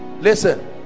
Listen